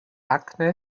acne